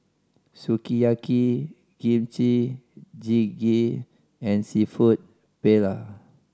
Sukiyaki Kimchi Jjigae and Seafood Paella